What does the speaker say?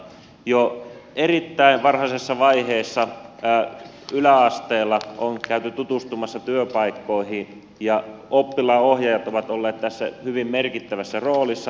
jo erittäin varhaisessa vaiheessa yläasteella on käyty tutustumassa työpaikkoihin ja oppilaanohjaajat ovat olleet tässä hyvin merkittävässä roolissa